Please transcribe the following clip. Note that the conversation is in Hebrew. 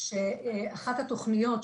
אחת התוכניות,